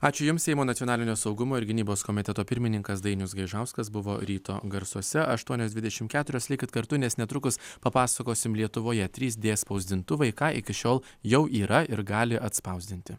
ačiū jums seimo nacionalinio saugumo ir gynybos komiteto pirmininkas dainius gaižauskas buvo ryto garsuose aštuonios dvidešim keturios likit kartu nes netrukus papasakosim lietuvoje trys d spausdintuvai ką iki šiol jau yra ir gali atspausdinti